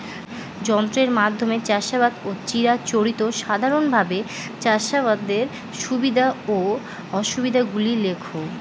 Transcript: যন্ত্রের মাধ্যমে চাষাবাদ ও চিরাচরিত সাধারণভাবে চাষাবাদের সুবিধা ও অসুবিধা গুলি লেখ?